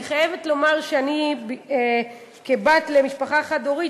אני חייבת לומר שכבת למשפחה חד-הורית,